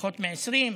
פחות מ-20,